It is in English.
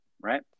right